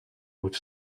with